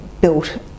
built